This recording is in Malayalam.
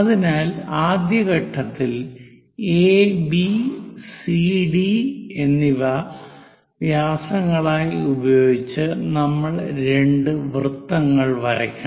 അതിനാൽ ആദ്യ ഘട്ടത്തിൽ എബി സിഡി എന്നിവ വ്യാസങ്ങളായി ഉപയോഗിച്ച് നമ്മൾ രണ്ട് വൃത്തങ്ങൾ വരയ്ക്കണം